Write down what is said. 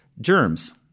Germs